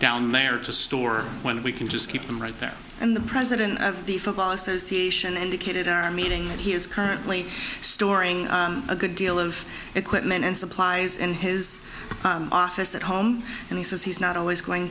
down there to store when we can just keep them right there and the president of the football association indicated our meeting that he is currently storing a good deal of equipment and supplies in his office at home and he says he's not always going